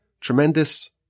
tremendous